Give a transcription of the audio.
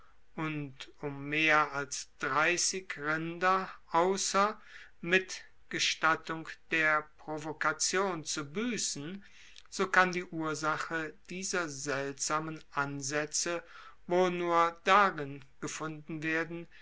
und um mehr als dreissig rinder ausser mit gestattung der provokation zu buessen so kann die ursache dieser seltsamen ansaetze wohl nur darin gefunden werden